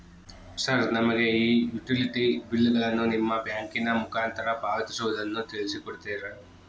Sir ನಮಗೆ ಈ utility ಬಿಲ್ಲುಗಳನ್ನು ನಿಮ್ಮ ಬ್ಯಾಂಕಿನ ಮುಖಾಂತರ ಪಾವತಿಸುವುದನ್ನು ತಿಳಿಸಿ ಕೊಡ್ತೇರಾ?